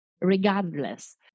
Regardless